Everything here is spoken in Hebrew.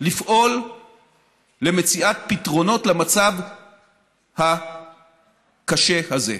לפעול למציאת פתרונות למצב הקשה הזה.